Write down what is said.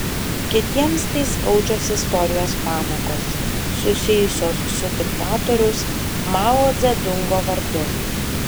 kitiems tai skaudžios istorijos pamokos susijusios su diktatoriaus mao dzedungo vardu